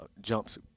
jumps